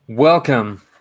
Welcome